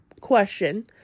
question